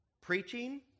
Preaching